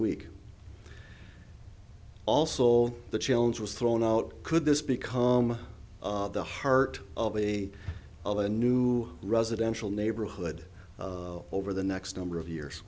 week also the challenge was thrown out could this become the heart of the of a new residential neighborhood over the next number of years